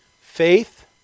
faith